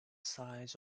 sides